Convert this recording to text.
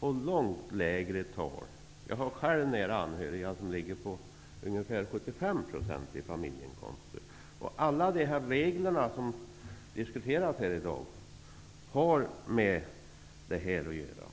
på långt lägre tal. Jag har själv nära anhöriga vars familjeinkomster ligger på ungefär 75 %. Alla de regler som diskuteras här i dag har med detta att göra.